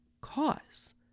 cause